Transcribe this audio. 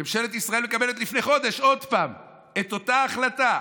ממשלת ישראל מקבלת לפני חודש עוד פעם את אותה החלטה,